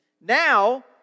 Now